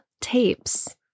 tapes